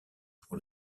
pour